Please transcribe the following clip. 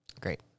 Great